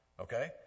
okay